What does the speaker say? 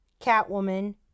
Catwoman